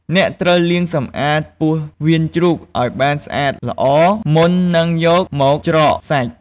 អ្នកត្រូវលាងសម្អាត ពោះវៀនជ្រូក ឱ្យបានស្អាតល្អមុននឹងយកមកច្រកសាច់។